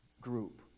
group